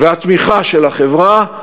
והתמיכה של החברה,